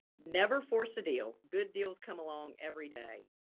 never force a deal. good deals come along every day.